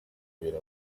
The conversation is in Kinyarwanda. ibiri